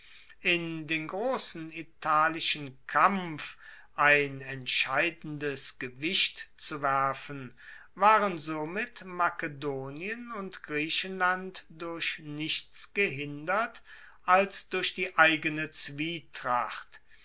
in den grossen italischen kampf ein entscheidendes gewicht zu werfen waren somit makedonien und griechenland durch nichts gehindert als durch die eigene zwietracht